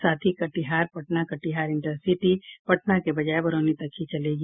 साथ ही कटिहार पटना कटिहार इंटरसिटी पटना के बजाय बरौनी तक ही चलेगी